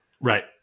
Right